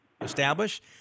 establish